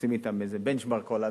שעושים אתן איזה benchmark עולמי,